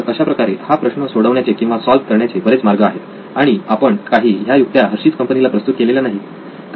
तर अशाप्रकारे हा प्रश्न सोडवण्याचे किंवा सॉल्व्ह करण्याचे बरेच मार्ग आहेत आणि आपण काही ह्या युक्त्या हर्शिज Hershey's कंपनीला प्रस्तुत केलेल्या नाहीत